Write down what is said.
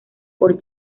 por